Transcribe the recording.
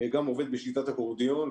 גם עובד בשיטת האקורדיון,